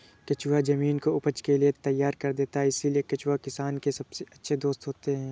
केंचुए जमीन को उपज के लिए तैयार कर देते हैं इसलिए केंचुए किसान के सबसे अच्छे दोस्त होते हैं